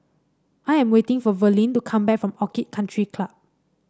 I am waiting for Verlin to come back from Orchid Country Club